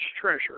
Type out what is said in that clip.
treasure